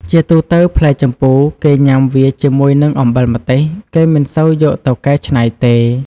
ជាទូទៅផ្លែជម្ពូគេញ៉ាំវាជាមួយនឹង អំបិលម្ទេស គេមិនសូវយកទៅកៃច្នៃទេ។